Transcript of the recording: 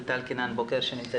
ליטל קינן בוקר.